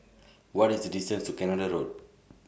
What IS The distance to Canada Road